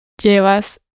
llevas